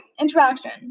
interaction